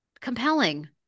compelling